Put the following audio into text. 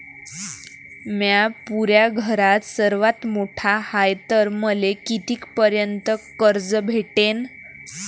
म्या पुऱ्या घरात सर्वांत मोठा हाय तर मले किती पर्यंत कर्ज भेटन?